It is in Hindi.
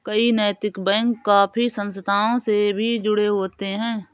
कई नैतिक बैंक काफी संस्थाओं से भी जुड़े होते हैं